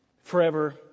forever